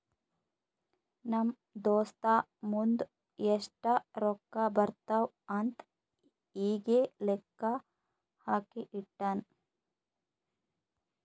ನಮ್ ದೋಸ್ತ ಮುಂದ್ ಎಷ್ಟ ರೊಕ್ಕಾ ಬರ್ತಾವ್ ಅಂತ್ ಈಗೆ ಲೆಕ್ಕಾ ಹಾಕಿ ಇಟ್ಟಾನ್